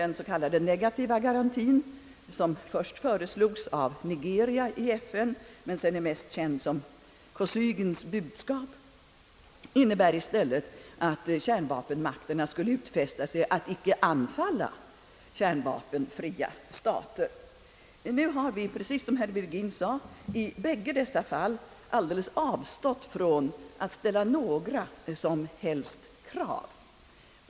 Den s.k. negativa garantien, som först föreslogs av Nigeria i FN men som sedan är mest känd genom Kosygins budskap, innebär i stället att kärnvapenmakterna skall utfästa sig att inte anfalla kärnvapenfria stater. Nu har vi, precis som herr Virgin sade, i bägge dessa fall avstått ifrån att ställa några som helst krav.